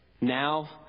Now